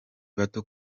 bato